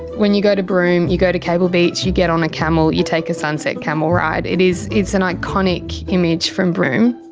when you go to broome, you go to cable beach, you get on a camel, you take a sunset camel ride. it is, it's an iconic image from broome.